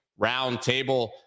roundtable